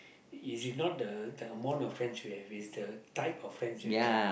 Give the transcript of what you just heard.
is it not the the amount of friends you have is the type of friends you have